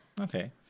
Okay